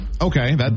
Okay